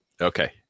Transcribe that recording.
Okay